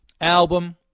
Album